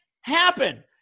happen